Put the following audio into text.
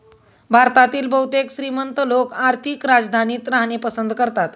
भारतातील बहुतेक श्रीमंत लोक आर्थिक राजधानीत राहणे पसंत करतात